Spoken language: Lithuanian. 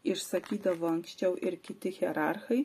išsakydavo anksčiau ir kiti hierarchai